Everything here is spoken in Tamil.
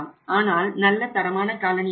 ஆனால் நல்ல தரமான காலனி ஆகும்